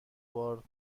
بار